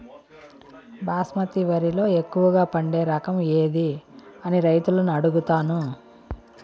బాస్మతి వరిలో ఎక్కువగా పండే రకం ఏది అని రైతులను అడుగుతాను?